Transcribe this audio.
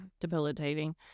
debilitating